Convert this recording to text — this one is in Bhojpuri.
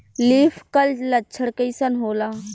लीफ कल लक्षण कइसन होला?